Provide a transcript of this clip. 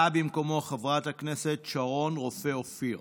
באה חברת הכנסת שרון רופא אופיר,